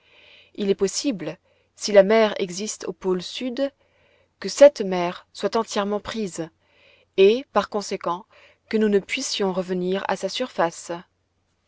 il est possible si la mer existe au pôle sud que cette mer soit entièrement prise et par conséquent que nous ne puissions revenir à sa surface